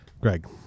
Greg